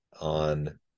on